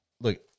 look